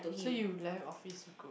so you left office good